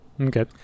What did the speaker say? Okay